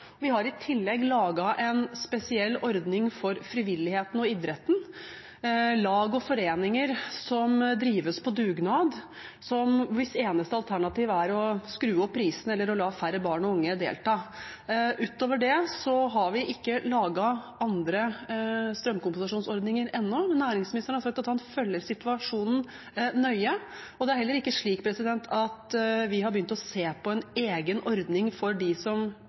Vi har i tillegg laget en spesiell ordning for frivilligheten og idretten. Dette er lag og foreninger som drives på dugnad, hvis eneste alternativ er å skru opp prisene eller la færre barn og unge delta. Utover det har vi ikke laget andre strømkompensasjonsordninger ennå, men næringsministeren har sagt at han følger situasjonen nøye. Det er heller ikke slik at vi har begynt å se på en egen ordning for dem som